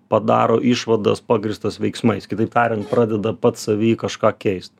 padaro išvadas pagrįstas veiksmais kitaip tariant pradeda pats savy kažką keist